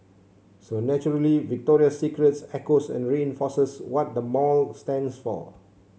so naturally Victoria's Secret echoes and reinforces what the mall stands for